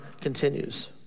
continues